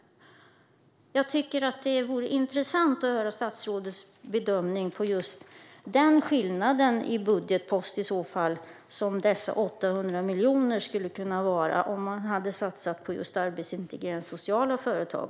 Jag tycker att det vore intressant att höra statsrådets bedömning av hur stor skillnad dessa 800 miljoner i budgetposten skulle ha kunnat göra om man hade satsat även på arbetsintegrerande sociala företag.